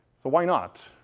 so why not?